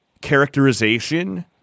characterization